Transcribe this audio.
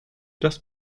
das